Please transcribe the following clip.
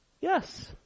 Yes